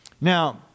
Now